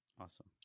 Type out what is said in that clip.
Awesome